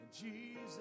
Jesus